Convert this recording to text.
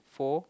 four